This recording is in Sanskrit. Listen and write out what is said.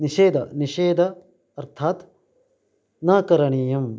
निषेधः निषेधः अर्थात् न करणीयम्